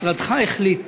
משרדך החליט